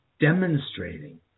demonstrating